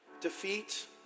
Defeat